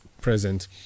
present